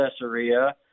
Caesarea